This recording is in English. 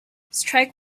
strike